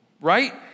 Right